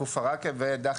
ואדי חומוס,